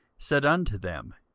said unto them,